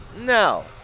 No